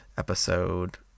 episode